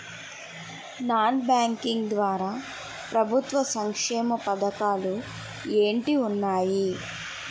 Non banking ద్వారా ప్రభుత్వ సంక్షేమ పథకాలు ఏంటి ఉన్నాయి?